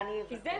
כי זה שונה.